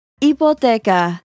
Hipoteca